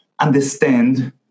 understand